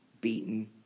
beaten